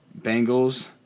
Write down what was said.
Bengals